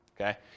Okay